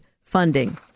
funding